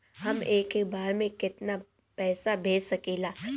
हम एक बार में केतना पैसा भेज सकिला?